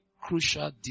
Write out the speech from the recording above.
crucial